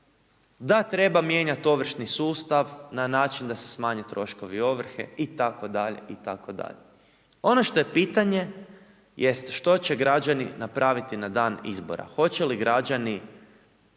da treba mijenjat ovršni sustav na način da se smanje troškovi ovrhe itd., itd. Ono što je pitanje jest što će građani napraviti na dan izbora, hoće li građani